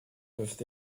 peuvent